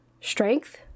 strength